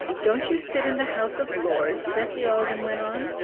don't you sit in the house of lords? bessie alden went on.